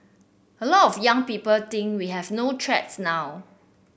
a lot of young people think we have no threats now